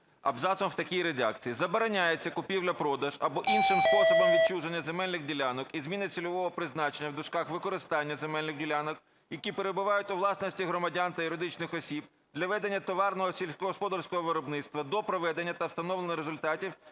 абзацом в такій редакції: "Забороняється купівля-продаж або іншим способом відчуження земельних ділянок і зміна цільового призначення (використання) земельних ділянок, які перебувають у власності громадян та юридичних осіб для ведення товарного сільськогосподарського виробництва до проведення та встановлення результатів